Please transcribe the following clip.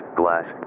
glass